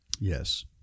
Yes